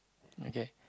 okay